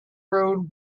road